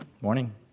morning